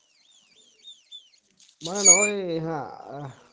ᱢᱟᱱᱮ ᱱᱚᱜᱼᱚᱭ ᱦᱟᱸᱜ